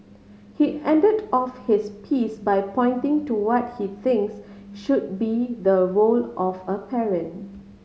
he ended off his piece by pointing to what he thinks should be the role of a parent